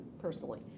personally